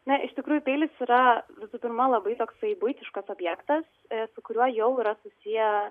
na iš tikrųjų peilis yra visų pirma labai toksai buitiškas objektas su kuriuo jau yra susiję